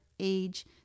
age